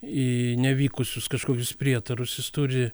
į nevykusius kažkokius prietarus jis turi